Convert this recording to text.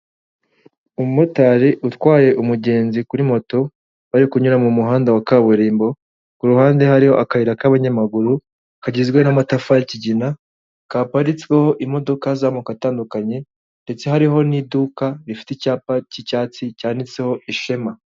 Umumotari utwaye umugenzi kuri moto, bari kunyura mu muhanda wa kaburimbo, kuruhande hariho akayira k'abanyamaguru kagizwe n'amatafari y'ikigina, kaparitsweho imodoka z'amoko atandukanye ndetse hariho n'iduka rifite icyapa cy'icyatsi cyanditseho Ishema.